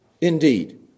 indeed